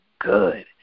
good